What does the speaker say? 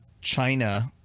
China